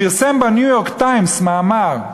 פרסם ב"ניו-יורק טיימס" מאמר,